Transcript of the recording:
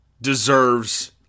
deserves